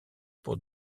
pour